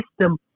system